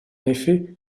effet